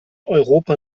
europa